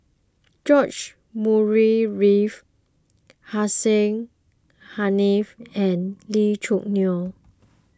George Murray Reith Hussein Haniff and Lee Choo Neo